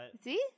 See